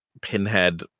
Pinhead